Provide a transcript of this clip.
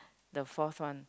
the forth one